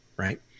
Right